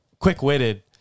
quick-witted